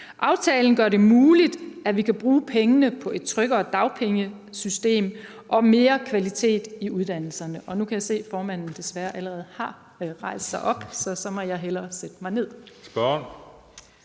Aftalen gør det muligt, at vi kan bruge pengene på et tryggere dagpengesystem og mere kvalitet i uddannelserne. Og nu kan jeg se, at formanden desværre allerede har rejst sig op, så så må jeg hellere sætte mig ned.